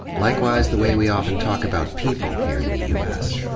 likewise, the way we often talk about people here in the u s.